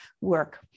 work